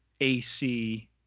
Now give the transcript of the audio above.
AC